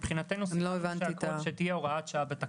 מבחינתנו סיכמנו שתהיה הוראת שעה בתקנות.